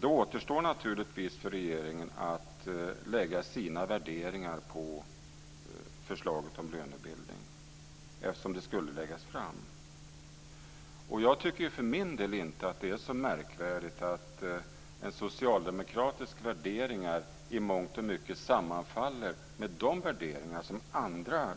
Då återstår naturligtvis för regeringen att lägga sina värderingar på förslaget om lönebildning - eftersom det ju skulle läggas fram. Och jag tycker för min del inte att det är så märkvärdigt att de socialdemokratiska värderingarna i mångt och mycket sammanfaller med de värderingar som